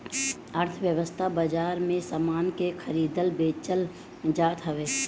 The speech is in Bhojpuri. अर्थव्यवस्था बाजार में सामान के खरीदल बेचल जात हवे